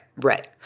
right